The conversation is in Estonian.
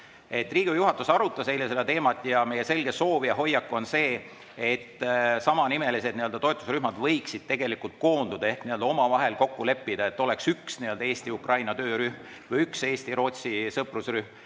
Riigikogu juhatus arutas eile seda teemat. Meie selge soov ja hoiak on see, et samanimelised toetusrühmad võiksid koonduda ehk omavahel kokku leppida, et oleks üks Eesti-Ukraina toetusrühm või üks Eesti-Rootsi sõprusrühm.